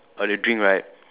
or the drink right